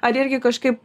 ar irgi kažkaip